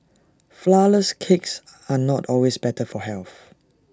Flourless Cakes are not always better for health